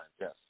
Yes